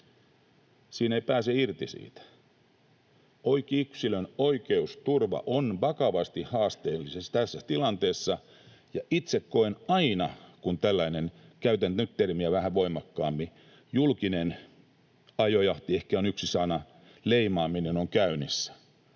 siinä ei pääse irti siitä. Yksilön oikeusturva on vakavasti haasteellinen tässä tilanteessa, ja itse koen aina, kun tällainen — käytän nyt vähän voimakkaampaa termiä, ”julkinen ajojahti” ehkä on yksi sana — leimaaminen on käynnissä,